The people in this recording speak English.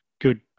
good